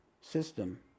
system